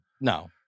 no